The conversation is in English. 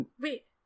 Wait